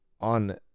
on